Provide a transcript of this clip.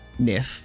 Niff